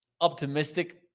optimistic